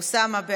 אוסאמה,